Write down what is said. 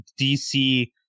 DC